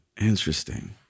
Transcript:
Interesting